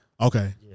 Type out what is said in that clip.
Okay